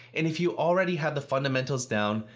and if you already have the fundamentals down,